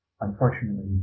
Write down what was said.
Unfortunately